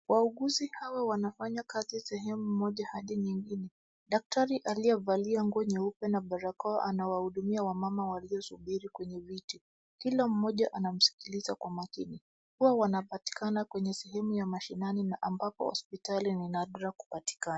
Wauguzi gawa wanafanya kazi sehemu moja hadi nyingine. Daktari aliyevalia nguo nyeupe na barakoa anawahudumia wamama waliosubiri kwenye viti. Kila mmoja anamsikiliza kwa makini. Huwa wanapatikana kwenye sehemu ya mashinani na ambapo hospitali ni nadra kupatikana.